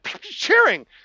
cheering